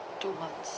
two months